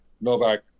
Novak